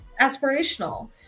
aspirational